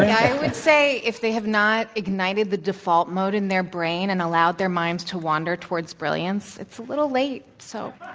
i would say, if they have not ignited the default mode in their brain and allowed their minds to wander towards brilliance, it's a little late, so.